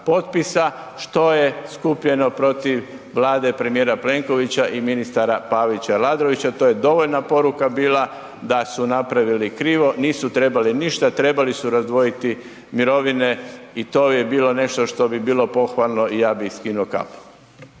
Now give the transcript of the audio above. što je skupljeno protiv Vlade premijera Plenkovića i ministara Pavića i Aladrovića, to je dovoljna poruka bila da su napravili krivo, nisu trebali ništa, trebali su razdvojiti mirovine i to bi bilo nešto što bi bilo pohvalno i ja bi im skinuo kapu.